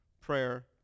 prayer